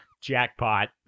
Jackpot